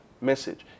message